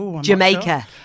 Jamaica